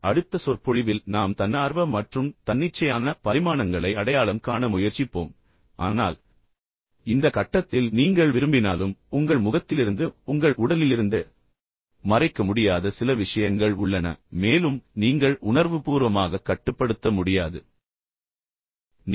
அடுத்த சொற்பொழிவில் நாம் தன்னார்வ மற்றும் தன்னிச்சையான பரிமாணங்களை அடையாளம் காண முயற்சிப்போம் ஆனால் இந்த கட்டத்தில் நீங்கள் விரும்பினாலும் உங்கள் முகத்திலிருந்து உங்கள் உடலிலிருந்து மறைக்க முடியாத சில விஷயங்கள் உள்ளன மேலும் நீங்கள் உணர்வுபூர்வமாக கட்டுப்படுத்த முடியாது என்பதை நீங்கள் புரிந்துகொள்கிறீர்கள்